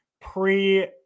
pre